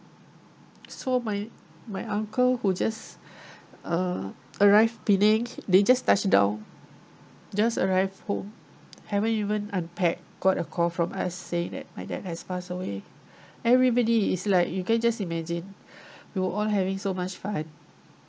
so my my uncle who just uh arrived penang they just touch down just arrived home haven't even unpacked got a call from us saying that my dad has passed away everybody is like you can just imagine you all having so much fun